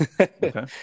Okay